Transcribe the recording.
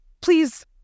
Please